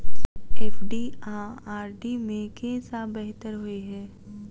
FD आ RD मे केँ सा बेहतर होइ है?